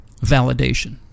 validation